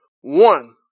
one